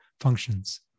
functions